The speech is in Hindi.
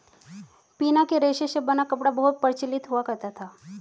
पिना के रेशे से बना कपड़ा बहुत प्रचलित हुआ करता था